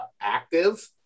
active